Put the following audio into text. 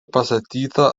pastatyta